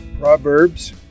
Proverbs